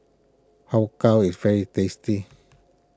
Har Kow is very tasty